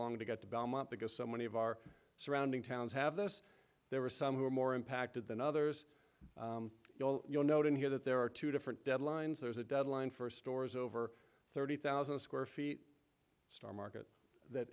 long to get to belmont because so many of our surrounding towns have this there are some who are more impacted than others you'll note in here that there are two different deadlines there's a deadline for stores over thirty thousand square feet star market that